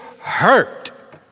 hurt